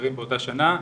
ההסדרים באותה שנה,